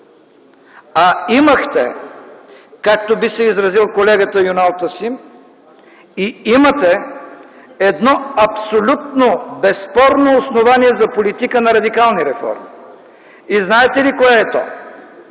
а имахте, както би се изразил колегата Юнал Тасим, и имате едно абсолютно безспорно основание за политика на радикални реформи. Знаете ли кое е то?